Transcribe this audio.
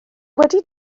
wedi